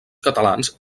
catalans